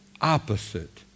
opposite